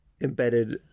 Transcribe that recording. embedded